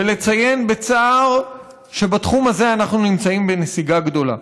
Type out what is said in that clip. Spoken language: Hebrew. ולציין בצער שבתחום הזה אנחנו נמצאים בנסיגה גדולה.